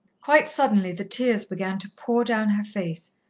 quite suddenly the tears began to pour down her face,